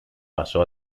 pasó